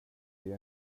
det